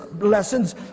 lessons